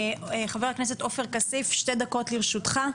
חה"כ עופר כסיף, שתי דקות לרשותך.